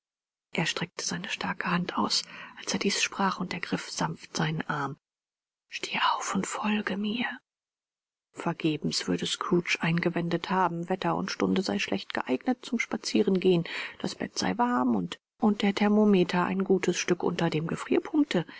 er streckte seine starke hand aus als er dies sprach und ergriff sanft seinen arm steh auf und folge mir vergebens würde scrooge eingewendet haben wetter und stunde sei schlecht geeignet zum spazierengehen das bett sei warm und der thermometer ein gutes stück unter dem gefrierpunkte